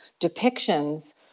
depictions